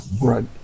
right